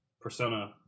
Persona